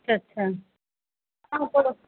अच्छा अच्छा हाँ तो